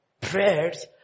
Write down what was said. prayers